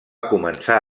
començar